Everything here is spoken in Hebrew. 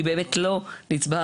כי באמת לא נצבר.